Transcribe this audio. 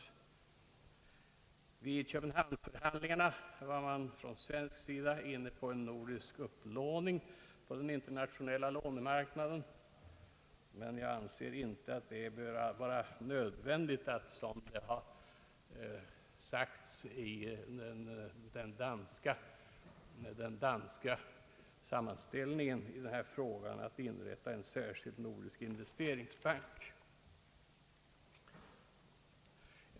Vid Köpenhamnsförhandlingarna var man från svensk sida inne på en nordisk upplåning på den internationella lånemarknaden, Men jag anser inte att det bör vara nödvändigt att, som det har sagts i den danska sammanställningen i denna fråga, inrätta en särskild nordisk investeringsbank.